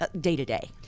day-to-day